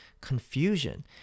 confusion